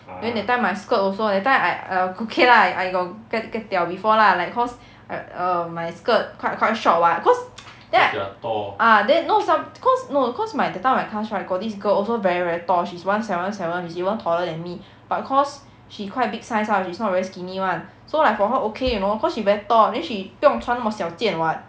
then that time my skirt also that time I I okay lah I got get get diao before lah like cause err err my skirt quite quite short [what] cause then ah then no some cause no cause my that time my class right got this girl also very tall she's one seven one seven is even taller than me but cause she quite big size ah she's not very skinny [one] so like for her okay you know cause she very tall then she 不用穿那么小件 [what]